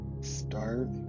start